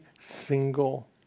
single